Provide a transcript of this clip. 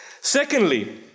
Secondly